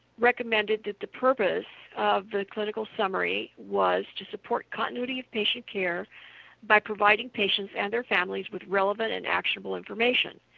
recommended that the purpose of the clinical summary was to support continuity of patient care by providing patients and their families with relevant and actionable information.